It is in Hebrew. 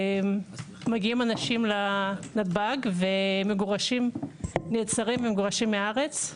מגיעים אנשים לנתב"ג, נעצרים ומגורשים מהארץ,